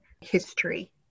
history